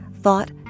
thought